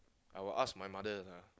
I'll ask my mother